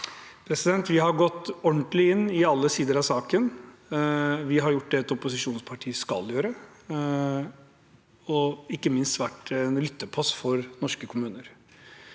uansvarlig. Vi har gått ordentlig inn i alle sider av saken, vi har gjort det et opposisjonsparti skal gjøre, og ikke minst vært en lyttepost for norske kommuner.